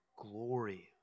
glory